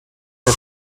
der